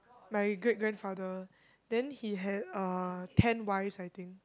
my great grandfather then he had uh ten wives I think